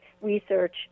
research